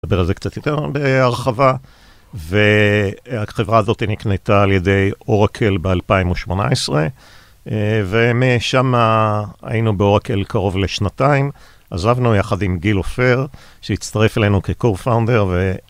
אני אדבר על זה קצת יותר בהרחבה, והחברה הזאת היא נקנתה על ידי אוראקל ב-2018, ומשם היינו באוראקל קרוב לשנתיים, עזבנו יחד עם גיל אופר, שהצטרף אלינו כ-Co-Founder,